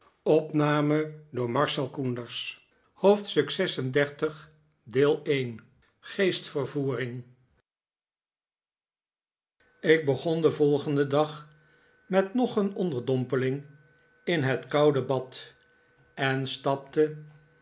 hoofdstuk xxxvi geestvervoering ik begon den volgenden dag met nog een onderdompeling in het koude bad en stapte